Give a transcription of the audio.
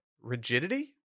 rigidity